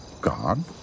God